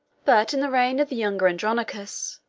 but in the reign of the younger andronicus,